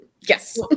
Yes